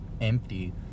empty